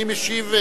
מי משיב?